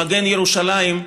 מגן ירושלים,